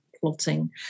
plotting